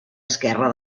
esquerra